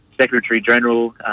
Secretary-General